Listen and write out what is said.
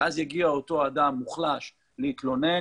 אז יגיע אותו אדם מוחלש להתלונן,